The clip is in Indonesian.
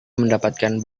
mendapatkan